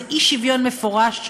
זה אי-שוויון מפורש,